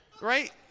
right